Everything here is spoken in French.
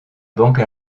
banque